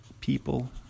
people